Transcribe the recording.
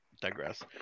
digress